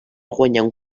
guanyant